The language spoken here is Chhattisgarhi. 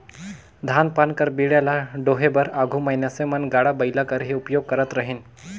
धान पान कर बीड़ा ल डोहे बर आघु मइनसे मन गाड़ा बइला कर ही उपियोग करत रहिन